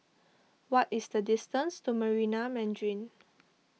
what is the distance to Marina Mandarin